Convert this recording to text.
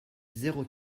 zéro